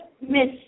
Miss